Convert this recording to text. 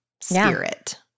spirit